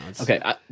Okay